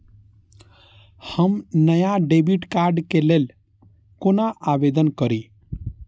हम नया debit card के लल कौना आवेदन करि?